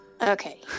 Okay